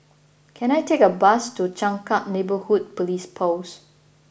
can I take a bus to Changkat Neighbourhood Police Post